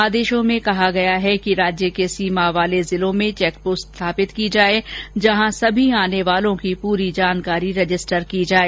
आदेशों में कहा गया है कि राज्य के सीमा वाले जिलों में चैकपोस्ट स्थापित की जाए जहां सभी आने वालों की पूरी जानकारी रजिस्टर की जाए